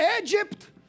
Egypt